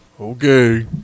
Okay